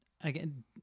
again